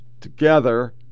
together